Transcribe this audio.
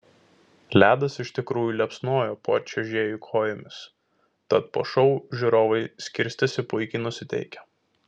ledas iš tikrųjų liepsnojo po čiuožėjų kojomis tad po šou žiūrovai skirstėsi puikiai nusiteikę